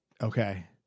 Okay